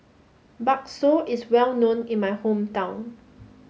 Bakso is well known in my hometown